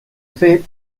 fet